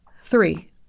three